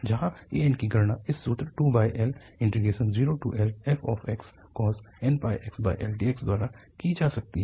जहाँ an की गणना इस सूत्र 2L0Lfxcos nπxL dx द्वारा की जा सकती है